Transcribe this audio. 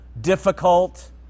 difficult